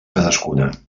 cadascuna